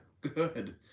good